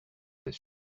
this